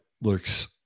looks